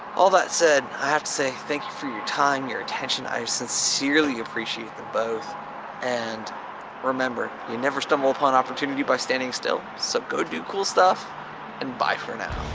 all that said, i have to say thank you for your time, your attention. i sincerely appreciate them both and remember you never stumble upon opportunity by standing still so go do cool stuff and bye for now.